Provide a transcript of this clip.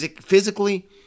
physically